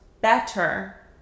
better